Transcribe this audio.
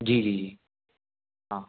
जी जी जी हाँ